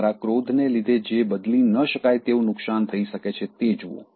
તમારા ક્રોધને લીધે જે બદલી ન શકાય તેવું નુકસાન થઈ શકે છે તે જુઓ